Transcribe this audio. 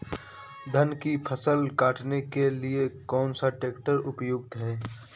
धान की फसल काटने के लिए कौन सा ट्रैक्टर उपयुक्त है?